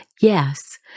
Yes